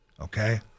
okay